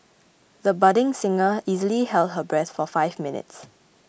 the budding singer easily held her breath for five minutes